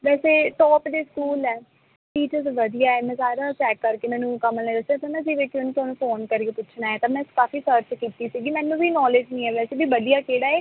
ਵੈਸੇ ਟੋਪ ਦੇ ਸਕੂਲ ਹੈ ਟੀਚਰਸ ਵਧੀਆ ਮੈਂ ਸਾਰਾ ਚੈੱਕ ਕਰਕੇ ਮੈਨੂੰ ਕਮਲ ਨੇ ਦੱਸਿਆ ਸੀ ਨਾ ਜੀ ਵੀ ਕਿਹਨੂੰ ਤੁਹਾਨੂੰ ਫੋਨ ਕਰਕੇ ਪੁੱਛਣਾ ਤਾਂ ਮੈਂ ਕਾਫੀ ਸਰਚ ਕੀਤੀ ਸੀਗੀ ਮੈਨੂੰ ਵੀ ਨੋਲੇਜ ਨਹੀਂ ਹੈ ਵੈਸੇ ਵੀ ਵਧੀਆ ਕਿਹੜਾ ਹੈ